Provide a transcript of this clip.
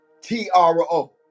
T-R-O